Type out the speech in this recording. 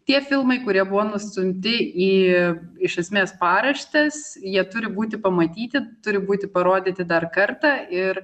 tie filmai kurie buvo nustumti į iš esmės paraštes jie turi būti pamatyti turi būti parodyti dar kartą ir